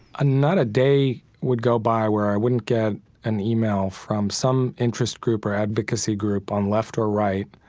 ah, not a day would go by where i wouldn't get an email from some interest group or advocacy group on left or right,